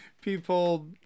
people